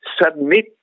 submit